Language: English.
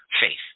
faith